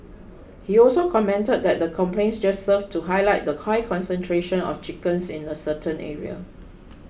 he also commented that the complaints just served to highlight the high concentration of chickens in the certain area